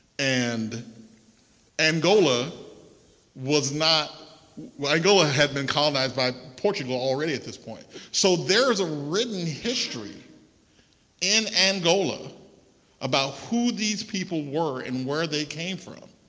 and angola was not like angola had been colonized by portugal already at this point. so there's a written history in angola about who these people were and where they came from.